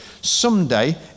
Someday